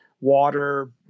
water